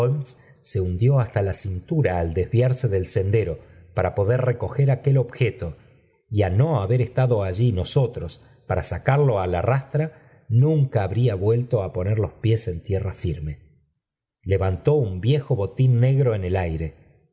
se hundió hasta la cintura al desviarse del sendero para peder recoger aquel objeto y no haber estado allí nosotros para sacarlo á la rastra nunca habría vuelto a poner los pies en tierra firme hevantó un viejo botín negro en el aire